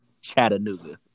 Chattanooga